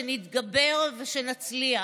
שנתגבר ושנצליח.